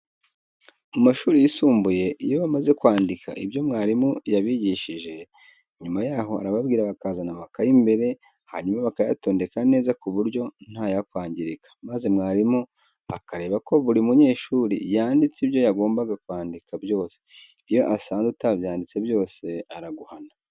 Mu mashuri yisumbuye iyo bamaze kwandika ibyo mwarimu yabigishije, nyuma yaho arababwira bakazana amakayi imbere, hanyuma bakayatondeka neza ku buryo ntayakwangirika maze mwarimu akareba ko buri munyeshuri yanditse ibyo yagombaga kwandika byose. Iyo asanze utabyanditse byose araguhana.